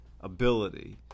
ability